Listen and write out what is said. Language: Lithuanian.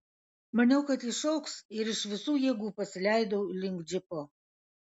maniau kad ji šauks ir iš visų jėgų pasileidau link džipo